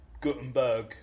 Gutenberg